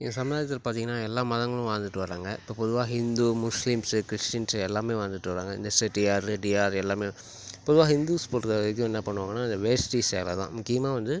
எங்கள் சமுதாயத்தில் பார்த்தீங்கன்னா எல்லா மதங்களும் வாழ்ந்துட்டு வர்றாங்க இப்போ பொதுவாக ஹிந்து முஸ்லிம்ஸு கிறிஸ்டின்ஸு எல்லாமே வாழ்ந்துட்டு வர்றாங்க இந்த செட்டியார் ரெட்டியார் எல்லாமே பொதுவாக ஹிந்துஸ் இது என்ன பண்ணுவாங்கன்னா இந்த வேஷ்டி சேலை தான் முக்கியமாக வந்து